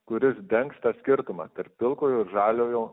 kuris dengs tą skirtumą tarp pilkojo ir žaliojo